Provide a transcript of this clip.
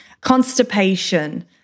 constipation